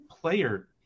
player